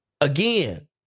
again